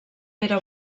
pere